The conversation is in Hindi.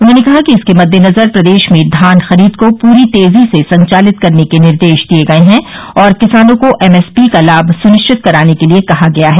उन्होंने कहा कि इसके मद्देनजर प्रदेश में धान खरीद को पूरी तेजी से संचालित करने के निर्देश दिये गये हैं और किसानों को एमएसपी का लाभ सुनिश्चित कराने के लिये कहा गया है